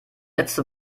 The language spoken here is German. letzte